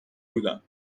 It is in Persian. بودم